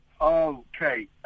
Okay